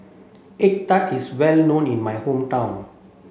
egg tart is well known in my hometown